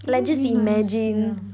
you know must see how